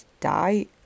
die